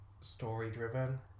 story-driven